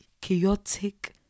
chaotic